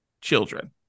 Children